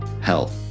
Hell